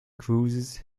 cruises